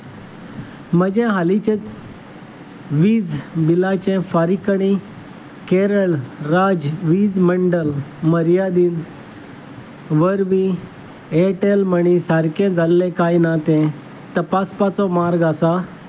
म्हजें हालींचें वीज बिलाचें फारीकणी केरळ राज्य वीज मंडळ मर्यादीन वरवीं ऍरटॅल मनी सारकें जाल्लें काय ना तें तपासपाचो मार्ग आसा